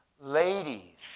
Ladies